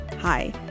Hi